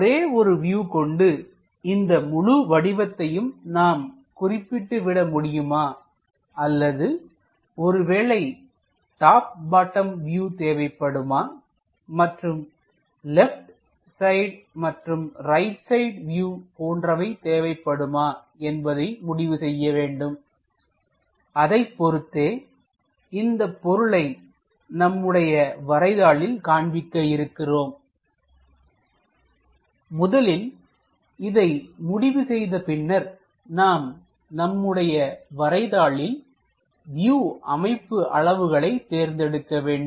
ஒரே ஒரு வியூ கொண்டு இந்த முழு வடிவத்தையும் நாம் குறிப்பிட்டு விட முடியுமா அல்லது ஒருவேளை டாப் பாட்டம் வியூ தேவைப்படுமா மற்றும் லெப்ட் சைட் மற்றும் ரைட் சைடு வியூ போன்றவை தேவைப்படுமா என்பதை முடிவு செய்ய வேண்டும் அதைப் பொருத்தே இந்தப் பொருளை நம்முடைய வரை தாளில் காண்பிக்க இருக்கின்றோம் முதலில் இதை முடிவு செய்த பின்னர் நாம் நம்முடைய வரை தாளில் வியூ அமைப்பு அளவுகளை தேர்ந்தெடுக்க வேண்டும்